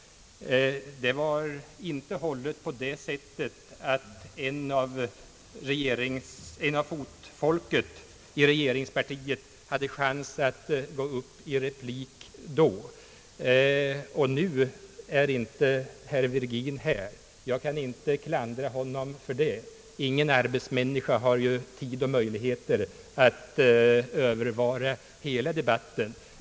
Det var inte hållet på det sättet att en ur fotfolket i regeringspartiet hade chans att gå upp i replik då, och nu är inte herr Virgin här. Jag kan inte klandra honom för det — ingen arbetsmänniska har ju tid och möjlighet att övervara hela remissdebatten.